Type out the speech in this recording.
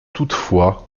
toutefois